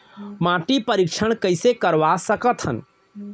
माटी परीक्षण कइसे करवा सकत हन?